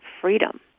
freedom